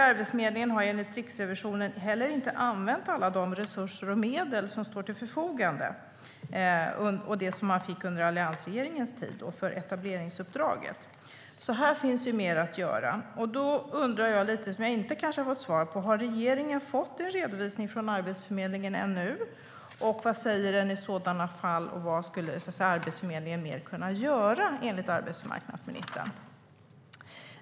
Arbetsförmedlingen har enligt Riksrevisionen heller inte använt alla de resurser och medel som står till förfogande, som man fick för etableringsuppdraget under alliansregeringens tid. Här finns mer att göra. Då undrar jag lite om det som jag kanske inte har fått svar på: Har regeringen fått redovisningen från Arbetsförmedlingen, och vad säger den i så fall? Vad skulle Arbetsförmedlingen mer kunna göra, enligt arbetsmarknadsministern?